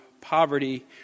poverty